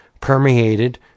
permeated